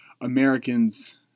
Americans